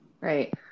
right